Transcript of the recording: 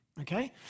okay